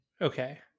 Okay